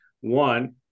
one